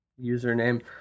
username